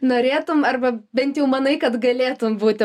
norėtum arba bent jau manai kad galėtum būti